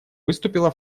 выступила